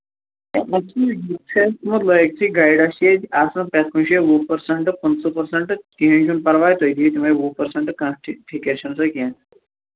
یہِ چھُ لٲگتھٕے گاٮیٚڈس چھِ ییٚتہِ آسان پرٛتھ کُنہِ جایہِ وُہ پٔرٛسنٛٹ پٍنٛژٕہ پٔرٛسنٛٹ کِہیٖنٛۍ چھُنہٕ پرواے تُہۍ دِیو تِمٕے وُہ پٔرٛسنٛٹ کانٛہہ فِکِر چھےٚ نہٕ تۅہہِ کیٚنٛہہ